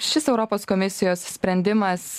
šis europos komisijos sprendimas